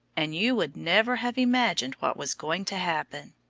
and you would never have imagined what was going to happen.